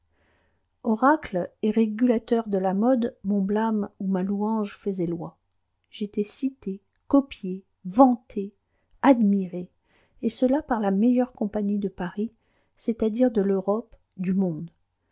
et régulateurs de la mode mon blâme ou ma louange faisaient loi j'étais cité copié vanté admiré et cela par la meilleure compagnie de paris c'est-à-dire de l'europe du monde